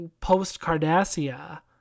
post-Cardassia